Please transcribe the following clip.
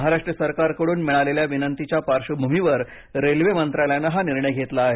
महाराष्ट्र सरकारकडून मिळालेल्या विनंतीच्या पार्श्वभूमीवर रेल्वे मंत्रालयाने हा निर्णय घेतला आहे